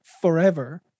forever